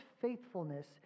faithfulness